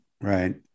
Right